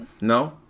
No